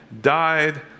died